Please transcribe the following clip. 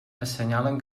assenyalen